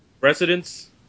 residents